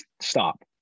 stop